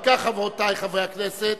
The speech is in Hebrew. אם כך, חברותי וחברי הכנסת,